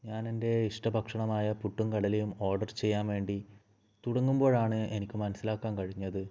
ഞാനെൻ്റെ ഇഷ്ട ഭക്ഷണമായ പുട്ടും കടലയും ഓർഡർ ചെയ്യാൻ വേണ്ടി തുടങ്ങുമ്പോഴാണ് എനിക്ക് മനസ്സിലാക്കാൻ കഴിഞ്ഞത്